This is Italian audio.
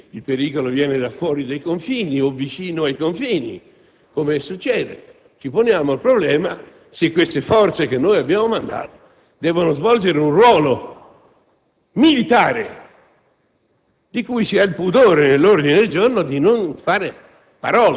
tanto di carattere interno, quanto di carattere oppositorio, se il pericolo viene da fuori dei confini o vicino ai confini. Ci poniamo il problema se le forze che abbiamo mandato debbano svolgere un ruolo militare,